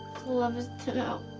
love is to know.